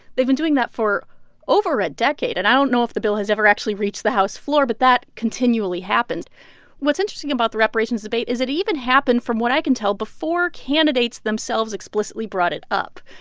they've been doing that for over a decade, and i don't know if the bill has ever actually reached the house floor. but that continually happens what's interesting about the reparations debate is it even happened, from what i can tell, before candidates themselves explicitly brought it up.